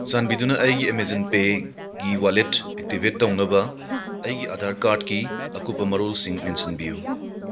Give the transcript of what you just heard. ꯆꯥꯟꯕꯤꯗꯨꯅ ꯑꯩꯒꯤ ꯑꯦꯃꯖꯟ ꯄꯦꯒꯤ ꯋꯥꯂꯦꯠ ꯑꯦꯛꯇꯤꯕꯦꯠ ꯇꯧꯅꯕ ꯑꯩꯒꯤ ꯑꯥꯙꯥꯔ ꯀꯥꯔꯠꯀꯤ ꯑꯀꯨꯞꯄ ꯃꯔꯣꯜꯁꯤꯡ ꯃꯦꯟꯁꯤꯟꯕꯤꯌꯨ